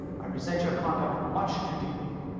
i resent your conduct much too deeply.